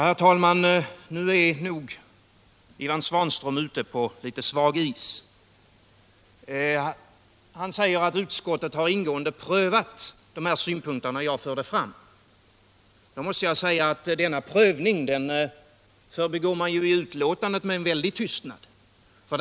Herr talman! Nu är nog Ivan Svanström ute på litet svag is. Han säger att utskottet ingående har prövat de invändningar som jag förde fram. Men denna prövning förbigår man med tystnad i betänkandet.